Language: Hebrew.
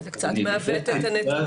זה קצת מעוות את הנתונים.